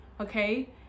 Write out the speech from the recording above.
Okay